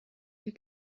die